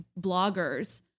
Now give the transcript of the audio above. bloggers